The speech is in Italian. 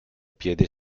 piede